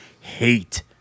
hate